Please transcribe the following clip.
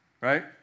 right